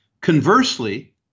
Conversely